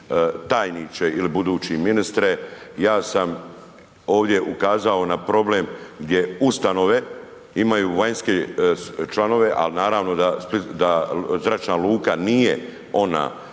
tajniče ili budući ministre, ja sam ovdje ukazao na problem gdje ustanove imaju vanjske članove, a naravno da zračna luka nije ona